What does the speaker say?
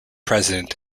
president